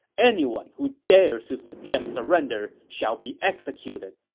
anyone who dares to suggest surrender shall be executed.